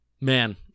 Man